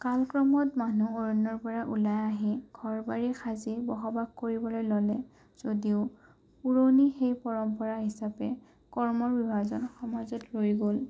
কালক্ৰমত মানুহ অৰণ্যৰ পৰা ওলাই আহি ঘৰ বাৰী সাজি বসবাস কৰিবলৈ ল'লে যদিও পুৰণি সেই পৰম্পৰা হিচাপে কৰ্মৰ বিভাজন সমাজত ৰৈ গ'ল